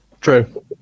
True